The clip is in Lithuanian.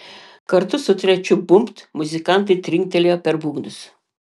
kartu su trečiu bumbt muzikantai trinktelėjo per būgnus